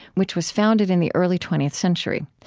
which was founded in the early twentieth century.